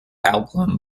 album